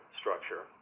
structure